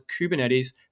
Kubernetes